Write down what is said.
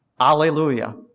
Alleluia